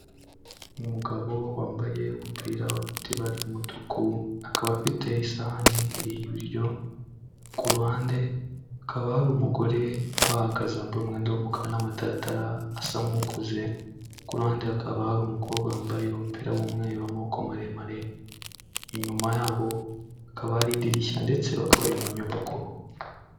Umugabo wambaye umupira ufite ibara ry'umutuku, akaba afite isahani iri ibiryo, ku ruhande akaba hari umugore uhahagaze wambaye umwenda w'umukara n'amataratara asa nk'ukuze ,ku ruhande akaba hari umukobwa wambaye umupira w'umweru wamaboko maremare, inyuma yabo akaba ari idirishya ndetse bakaba bari mu nyubako.